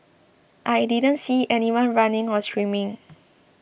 I didn't see anyone running or screaming